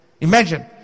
Imagine